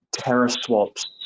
TerraSwap's